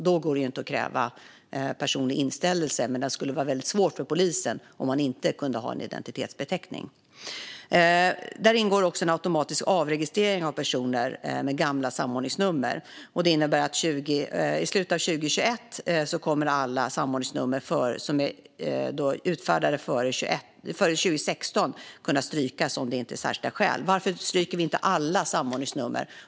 Då går det inte att kräva personlig inställelse. Men det skulle vara svårt för polisen om det inte går att ha en identitetsbeteckning. I förslaget ingår även automatisk avregistrering av personer med gamla samordningsnummer. Det innebär att alla samordningsnummer som är utfärdade före 2016 kommer att kunna strykas i slutet av 2021 om det inte finns särskilda skäl mot det. Varför stryker vi inte alla samordningsnummer?